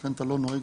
לכן אתה לא נוהג,